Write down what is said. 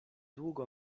długo